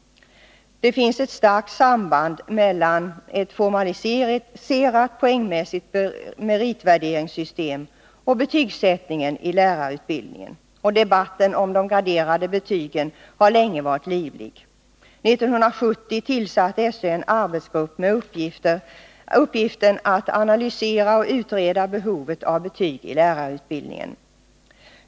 Det finns ett starkt samband mellan ett formaliserat poängmässigt meritvärderingssystem och betygsättning i lärarutbildningen. Debatten om de graderade betygen har länge varit livlig. 1970 tillsatte SÖ en arbetsgrupp med uppgiften att analysera och utreda behovet av betyg i lärarutbildningen.